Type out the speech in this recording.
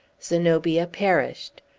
zenobia perished.